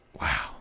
wow